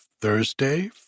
Thursday